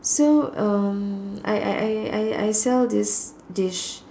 so um I I I I I sell this dish